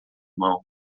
mão